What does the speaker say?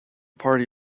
party